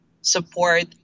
support